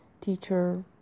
teacher